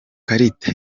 karita